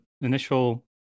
initial